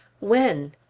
when?